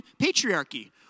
patriarchy